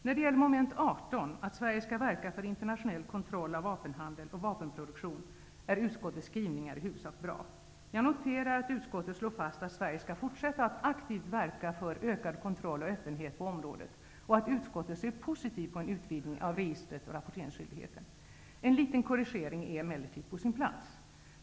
När det gäller mom. 18 -- att Sverige skall verka för internationell kontroll av vapenhandel och vapenproduktion -- är utskottets skrivningar i huvudsak bra. Jag noterar att utskottet slår fast att Sverige skall fortsätta att aktivt verka för ökad kontroll och öppenhet på området och att utskottet ser positivt på en utvidgning av registret och rapporteringsskyldigheten. En liten korrigering är emellertid på sin plats.